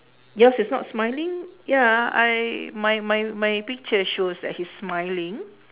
your's is not smiling ya I my my my picture shows that he's smiling